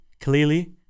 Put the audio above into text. clearly